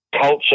culture